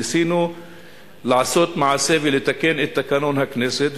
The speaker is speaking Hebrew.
ניסינו לעשות מעשה ולתקן את תקנון הכנסת,